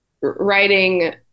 writing